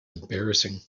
embarrassing